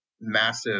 massive